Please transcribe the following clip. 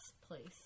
place